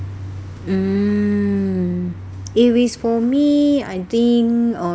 mm if it's for me I think um